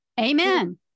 Amen